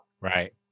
Right